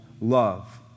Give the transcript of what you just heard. love